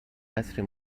قصری